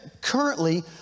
currently